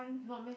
not meh